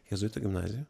jėzuitų gimnaziją